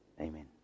Amen